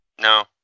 No